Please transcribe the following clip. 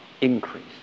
Increase